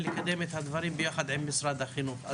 ולקדם את הדברים ביחד עם משרד החינוך.